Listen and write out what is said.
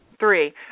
Three